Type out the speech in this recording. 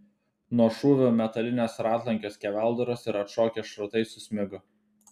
nuo šūvio metalinės ratlankio skeveldros ir atšokę šratai susmigo